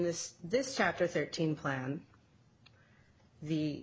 this chapter thirteen plan the